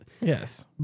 Yes